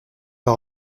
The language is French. par